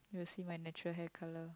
you will see my natural hair colour